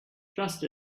just